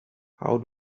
how